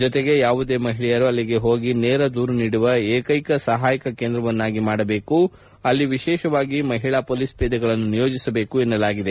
ಜೊತೆಗೆ ಯಾವುದೇ ಮಹಿಳೆರು ಅಲ್ಲಿಗೆ ಹೋಗಿ ನೇರ ದೂರು ನೀಡುವ ಏಕ್ಟೆಕ ಸಹಾಯ ಕೇಂದ್ರವನ್ನಾಗಿ ಮಾಡಬೇಕು ಅಲ್ಲಿ ವಿಶೇಷವಾಗಿ ಮಹಿಳಾ ಮೊಲೀಸ್ ಪೇದೆಗಳನ್ನು ನಿಯೋಜಿಸಬೇಕು ಎನ್ನಲಾಗಿದೆ